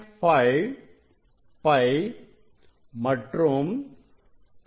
5 π மற்றும் 2